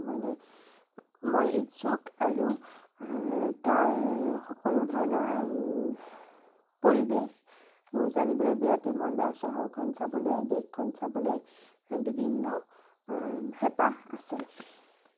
মানে মই ইচ্ছুক আৰু তাৰ সকলো ধৰণৰ পৰিৱেশ মোৰ জানিবলৈ বিৰাটেই মন যায় আৰু চহৰখন চাবলৈ দেশখন চাবলৈ বিভিন্ন হেপাঁহ আছে